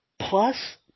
plus